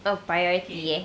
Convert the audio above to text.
oh priority eh